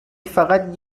فقط